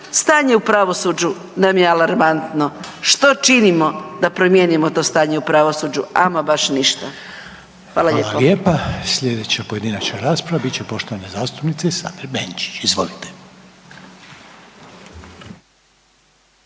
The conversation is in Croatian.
Stanje u pravosuđu nam je alarmantno. Što činimo da promijenimo to stanje u pravosuđu? Ama baš ništa. Hvala lijepo.